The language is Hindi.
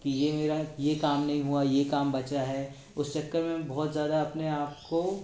कि ये मेरा ये काम नहीं हुआ ये काम बचा है उस चक्कर में बहुत ज़्यादा अपने आप को